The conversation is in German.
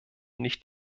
nicht